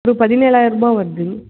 அது பதினேழாயிரம் ரூபாய் வருதுங்க